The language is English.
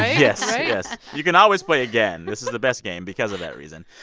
yes. yes. you can always play again. this is the best game because of that reason.